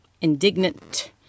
indignant